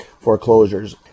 foreclosures